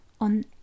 on